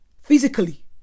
physically